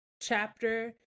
chapter